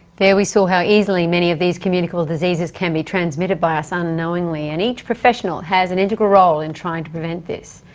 there we saw how easily many of these communicable diseases can be transmitted by us ah unknowingly, and each professional has an integral role in trying to prevent this.